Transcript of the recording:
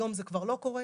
היום זה כבר לא קורה,